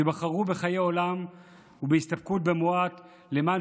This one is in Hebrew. שבחרו בחיי עולם ובהסתפקות במועט למען